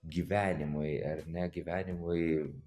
gyvenimui ar ne gyvenimui